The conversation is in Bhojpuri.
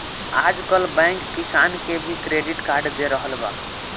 आजकल बैंक किसान के भी क्रेडिट कार्ड दे रहल बा